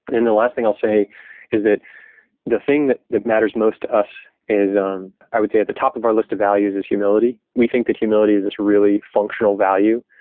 and the last thing i'll say is that the thing that that matters most to us is um i would say at the top of our list of values is humility. we think that humility is this really functional value.